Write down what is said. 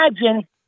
imagine